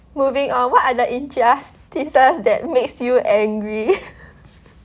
moving on what are the injustices that makes you angry